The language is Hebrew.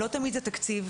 לא תמיד זה תקציב.